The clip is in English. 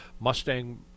Mustang